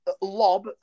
Lob